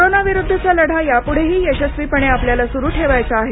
कोरोनाविरुद्धचा लढा यापुढेही यशस्वीपणे आपल्याला सुरु ठेवायचा आहे